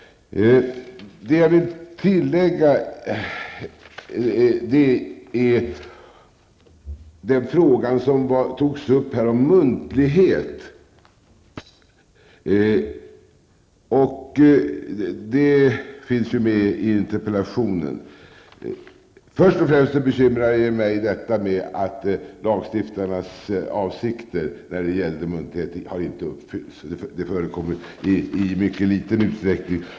Jag vill göra ett tillägg till den fråga som togs upp om muntlighet. Den frågan finns med i interpellationen. Först och främst är jag bekymrad över att lagstiftarens avsikter när det gäller muntlighet inte har uppfyllts. Det förekommer i mycket liten utsträckning.